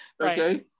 Okay